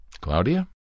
Claudia